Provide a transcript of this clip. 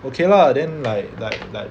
okay lah then like like like